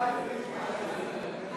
סמכויות משר הבינוי לשר החקלאות